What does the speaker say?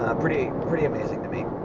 ah pretty pretty amazing to me.